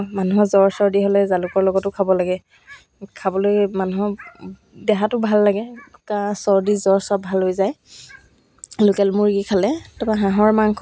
বহুতে অৰ্ডাৰ কৰিবলৈ ল'লে তাৰপিছত মই হোষ্টেলত থকা আজৰি সময়খিনিত মেখেলা চাদৰ এম্ব্ৰদাৰী কৰিছিলোঁ আৰু গাৰু কভাৰ ৰুমাল এইবিলাক